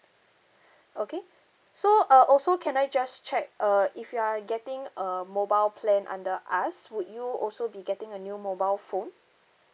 okay so uh also can I just check err if you are getting a mobile plan under us would you also be getting a new mobile phone